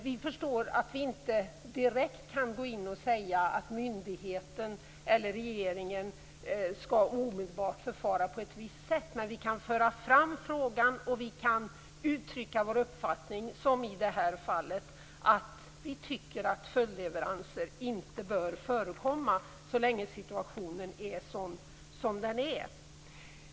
Vi förstår att vi inte direkt kan gå in och säga att myndigheten eller regeringen omedelbart skall förfara på ett visst sätt. Men vi kan föra fram frågan och vi kan uttrycka vår uppfattning, som i det här fallet, då vi tycker att följdleveranser inte bör förekomma så länge situationen är sådan den är.